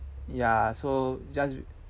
ya so just